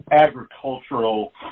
agricultural